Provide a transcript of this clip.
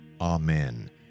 Amen